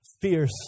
fierce